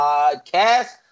Podcast